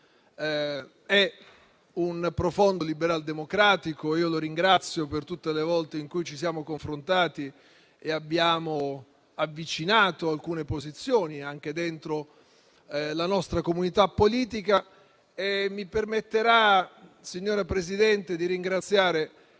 è un profondo liberaldemocratico e lo ringrazio per tutte le volte in cui ci siamo confrontati e abbiamo avvicinato alcune posizioni anche dentro la nostra comunità politica. Mi permetterà, signora Presidente, di ringraziare